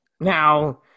Now